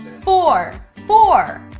four, four,